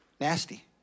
Nasty